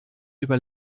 über